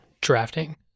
drafting